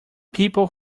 people